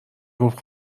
گفت